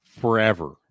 forever